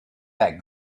that